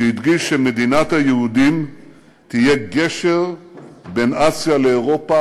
שהדגיש שמדינת היהודים תהיה גשר בין אסיה לאירופה,